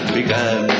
began